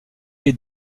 est